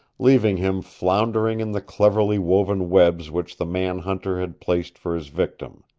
leaving him floundering in the cleverly woven webs which the man-hunter had placed for his victim.